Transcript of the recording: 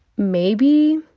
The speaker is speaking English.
maybe.